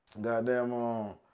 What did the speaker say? Goddamn